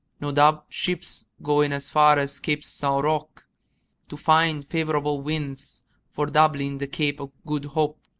no doubt ships going as far as cape sao roque to find favorable winds for doubling the cape of good hope.